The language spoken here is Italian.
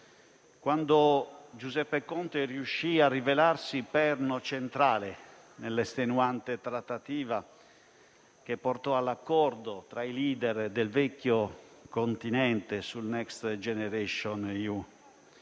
quando Giuseppe Conte riuscì a rivelarsi perno centrale nell'estenuante trattativa che portò all'accordo tra i *leader* del vecchio continente sul Next generation EU.